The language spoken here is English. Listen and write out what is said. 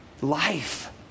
life